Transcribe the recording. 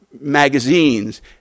magazines